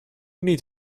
need